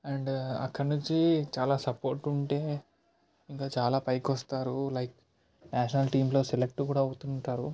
and అక్కడి నుంచి చాలా సపోర్ట్ ఉంటే ఇంకా చాలా పైకి వస్తారు లైక్ నేషనల్ టీంలో సెలెక్ట్ కూడా అవుతుంటారు